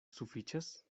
sufiĉas